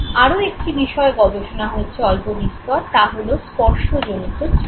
আরও একটি বিষয়ে গবেষণা হয়েছে অল্পবিস্তর তা হলো স্পর্শজনিত স্মৃতি